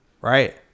Right